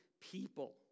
people